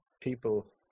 people